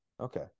Okay